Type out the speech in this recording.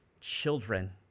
children